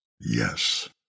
Yes